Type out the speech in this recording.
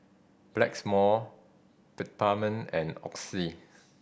blacks more Peptamen and Oxy